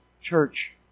Church